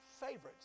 favorites